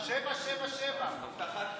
הבטחת בחירות.